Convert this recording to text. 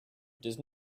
does